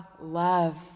love